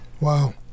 Wow